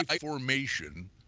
formation